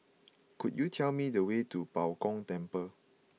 could you tell me the way to Bao Gong Temple